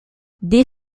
dès